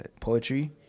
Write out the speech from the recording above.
poetry